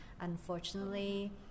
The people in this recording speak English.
unfortunately